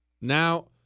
now